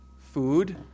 food